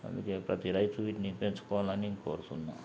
అందుకే ప్రతి రైతు వీటిని పెంచుకోవాలని కోరుతున్నాను